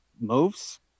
moves